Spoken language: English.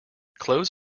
clothes